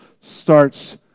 starts